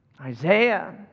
Isaiah